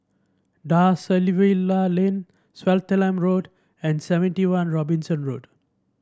Da Silva Lane Swettenham Road and Seventy One Robinson Road